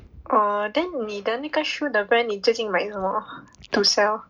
oh then 你的那个 shoe 的 brand 你最近买什么 to sell